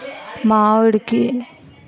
మా ఆవిడకి ఇండియన్ బాంకులోనే ఎకౌంట్ తీసుకున్నా